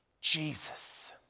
Jesus